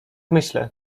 myślę